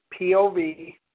POV